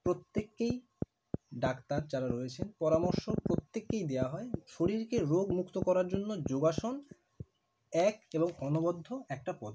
প্রত্যেককেই ডাক্তার যারা রয়েছেন পরামর্শ প্রত্যেককেই দেওয়া হয় শরীরকে রোগমুক্ত করার জন্য যোগাসন এক এবং অনবদ্য একটা পদ্ধতি